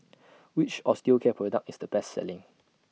Which Osteocare Product IS The Best Selling